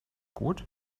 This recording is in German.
gut